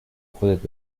خود